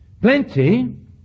Plenty